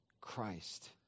Christ